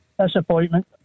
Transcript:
Disappointment